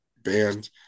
band